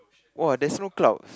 !wah! there's no cloud